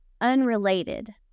unrelated